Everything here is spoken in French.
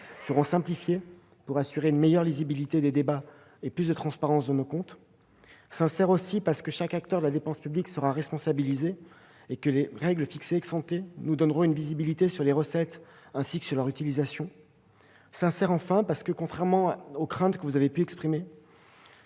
seront simplifiées pour assurer une meilleure lisibilité des débats et davantage de transparence dans nos comptes. Ce budget sera également sincère, parce que chaque acteur de la dépense publique sera responsabilisé et que les règles fixées nous donneront une visibilité sur les recettes, ainsi que sur leur utilisation. Enfin, ce budget sera sincère parce que, contrairement aux craintes que vous avez pu exprimer